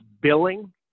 billing